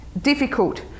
difficult